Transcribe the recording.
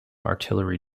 artillery